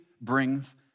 brings